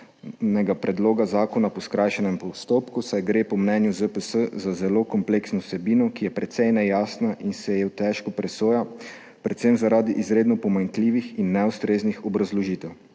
predloga zakona po skrajšanem postopku, saj gre po mnenju ZPS za zelo kompleksno vsebino, ki je precej nejasna in se jo težko presoja, predvsem zaradi izredno pomanjkljivih in neustreznih obrazložitev.